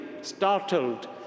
startled